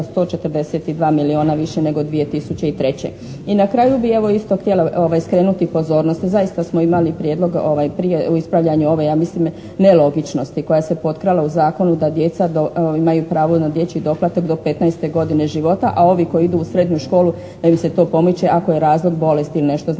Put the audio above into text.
142 milijuna više nego 2003. I na kraju bi evo isto htjela skrenuti pozornost. Zaista smo imali prijedlog prije u ispravljanju ove ja mislim nelogičnosti koja se potkrala u zakonu da djeca imaju pravo na dječji doplatak do 15 godine života, a ovi koji idu u srednju školu da im se to pomiče ako je razlog bolesti ili nešto. Znamo